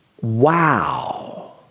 Wow